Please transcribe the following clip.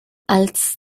als